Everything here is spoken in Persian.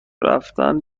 رفتن